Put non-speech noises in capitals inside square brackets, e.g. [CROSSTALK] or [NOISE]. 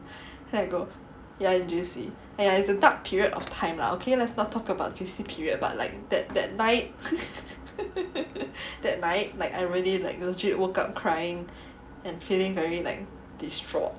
ya got ya in J_C and !aiya! is a dark period of time lah okay let's not talk about J_C period but like that that night [LAUGHS] that night like I really like legit woke up crying and feeling very like distraught